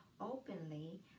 openly